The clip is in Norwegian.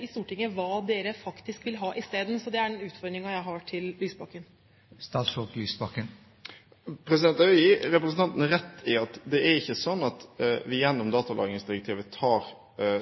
i Stortinget hva de vil ha isteden. Det er den utfordringen jeg har til statsråd Lysbakken. Jeg vil gi representanten rett i at det ikke er slik at vi gjennom datalagringsdirektivet tar